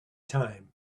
time